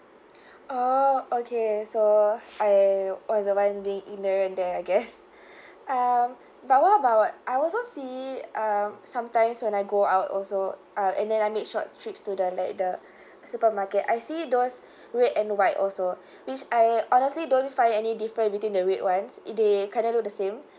oh okay so I was the one being in error there I guess um but what about uh I also see um sometimes when I go out also uh and then I make short trips to the uh the supermarket I see those red and white also which I honestly don't find any difference between the red [one] s it they kind of look the same